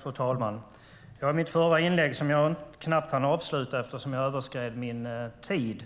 Fru talman! I mitt förra inlägg som jag knappt hann avsluta eftersom jag överskred min talartid